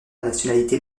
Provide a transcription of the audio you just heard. nationalité